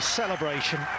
celebration